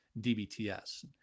DBTS